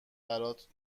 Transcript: برات